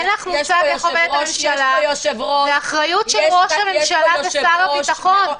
זאת אחריות של ראש הממשלה ושר הביטחון.